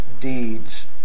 deeds